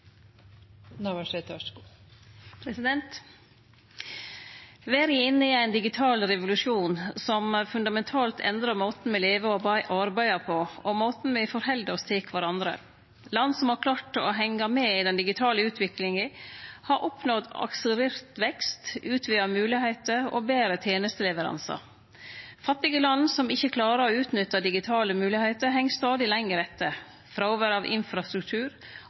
inne i ein digital revolusjon som fundamentalt endrar måten me lever og arbeider på, og måten me forheld oss til kvarandre på. Land som har klart å henge med i den digitale utviklinga, har oppnådd akselerert vekst, utvida moglegheiter og betre tenesteleveransar. Fattige land som ikkje klarar å utnytte digitale moglegheiter, heng stadig lenger etter. Fråvær av infrastruktur,